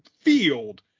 field